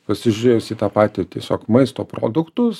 pasižiūrėjus į tą patį tiesiog maisto produktus